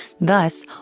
Thus